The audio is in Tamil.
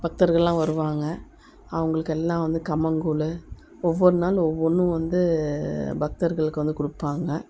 பக்தர்களெலாம் வருவாங்க அவங்களுக்கு எல்லாம் வந்து கம்மங்கூழ் ஒவ்வொரு நாள் ஒவ்வொன்றும் வந்து பக்தர்களுக்கு வந்து கொடுப்பாங்க